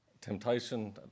temptation